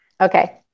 Okay